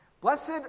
Blessed